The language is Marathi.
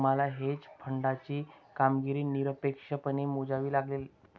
तुम्हाला हेज फंडाची कामगिरी निरपेक्षपणे मोजावी लागेल